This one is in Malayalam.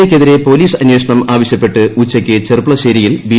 എ ക്കെതിരെ പോലീസ് അന്വേഷണം ആവശ്യപ്പെട്ട് ഉച്ചക്ക് ചെർപ്പുളശ്ശേരിയിൽ ബി